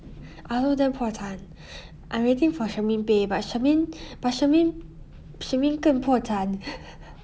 I also damn 破产 I waiting for shermaine pay but shermaine but shermaine shermaine 更破产